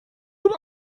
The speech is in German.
und